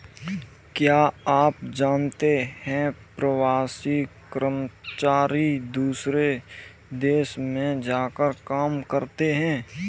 क्या आप जानते है प्रवासी कर्मचारी दूसरे देश में जाकर काम करते है?